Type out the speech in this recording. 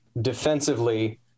defensively